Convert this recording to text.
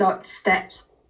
steps